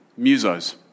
Musos